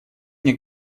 мне